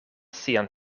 sian